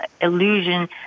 illusion